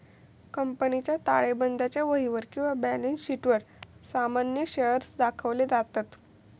कंपनीच्या ताळेबंदाच्या वहीवर किंवा बॅलन्स शीटवर सामान्य शेअर्स दाखवले जातत